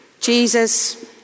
Jesus